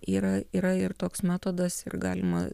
yra yra ir toks metodas ir galima